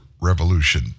revolution